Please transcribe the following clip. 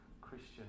Christian